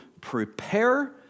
prepare